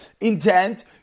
intent